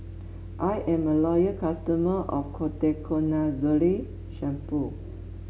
I'm a loyal customer of Ketoconazole Shampoo